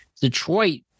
Detroit